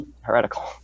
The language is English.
heretical